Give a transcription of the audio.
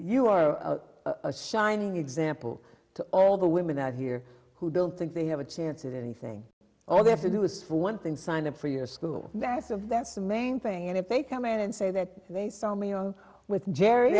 you are a shining example to all the women that here who build think they have a chance at anything all they have to do is for one thing sign up for your school massive that's the main thing and if they come in and say that they saw me on with jerry